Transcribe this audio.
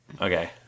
Okay